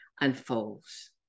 unfolds